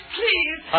please